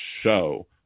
show